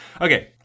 Okay